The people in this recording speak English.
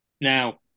Now